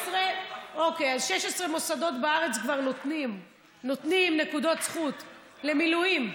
אוקיי: 16 מוסדות בארץ כבר נותנים נקודות זכות למילואים.